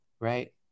right